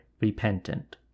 repentant